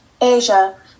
asia